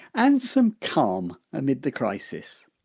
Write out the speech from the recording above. and some calm amid the crisis